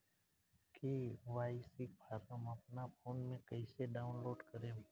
KYC form अपना phone मे कइसे डाऊनलोड करेम?